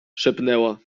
szepnęła